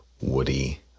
Woody